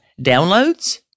downloads